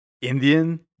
Indian